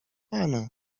pana